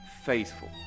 faithful